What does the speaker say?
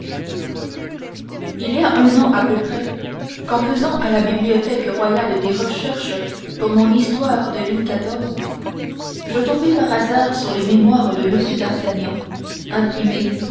il y a un an à peu près qu'en faisant à la bibliothèque royale des recherches pour mon histoire de louis xiv je tombai par hasard sur les mémoires de m d'artagnan imprimés